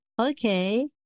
Okay